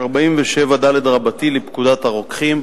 47ד לפקודת הרוקחים,